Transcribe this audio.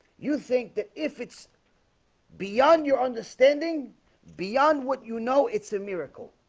you think that if it's beyond your understanding beyond what you know it's a miracle